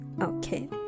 Okay